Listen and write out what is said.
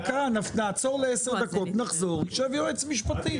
נעצור לעשר דקות ונחזור לכאן כשיבוא יועץ משפטי.